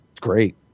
great